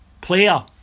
player